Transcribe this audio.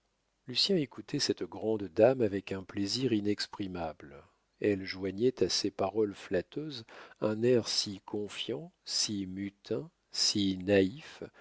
mois lucien écoutait cette grande dame avec un plaisir inexprimable elle joignait à ses paroles flatteuses un air si confiant si mutin si naïf